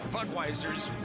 Budweiser's